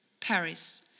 Paris